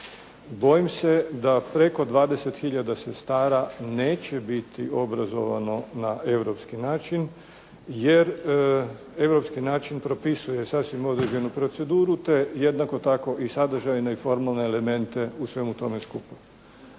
Bojim se da preko 20 hiljada sestara neće biti obrazovano na europski način. Jer europski način propisuje sasvim određenu proceduru te jednako tako i sadržajne i formalne elemente u svemu tome skupa.